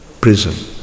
prison